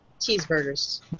Cheeseburgers